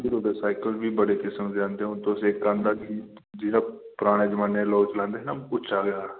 हिरो दे साइकल बी बड़े किस्म दे औंदे हून तुस इक औंदा जेह्ड़ा पराने जमाने दे लोक चलांदे हे ना उच्चा जेहा